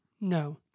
No